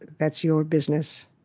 that's your business.